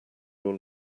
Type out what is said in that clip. your